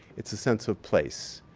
it's a sense of place.